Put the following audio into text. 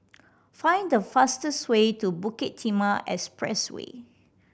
find the fastest way to Bukit Timah Expressway